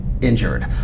injured